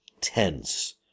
tense